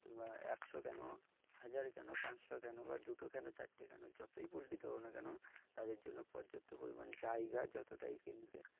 তোমরা একশো কেন হাজার কেন পাঁচশো কেন বা দুটো কেন চারটে কেন যতই পোলট্রী দেবো না কেন তাদের জন্য পর্যাপ্ত পরিমাণ জায়গা যতটাই কিনবে